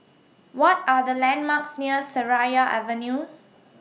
What Are The landmarks near Seraya Avenue